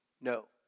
No